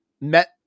met